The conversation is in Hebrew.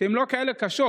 שהן לא כאלה קשות.